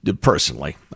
personally